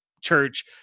church